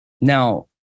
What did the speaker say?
Now